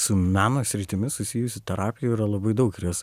su meno sritimi susijusių terapijų yra labai daug ir jos